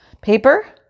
Paper